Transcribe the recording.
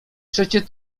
przecie